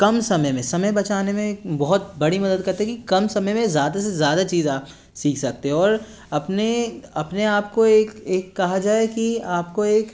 कम समय में समय बचाने में बहुत बड़ी मदद करते हैं कि कम समय में ज़्यादा से ज़्यादा चीज़ आप सीख सकते हो और अपने अपने आप को एक एक कहा जाए कि आपको एक